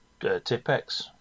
Tipex